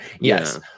Yes